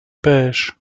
pêchent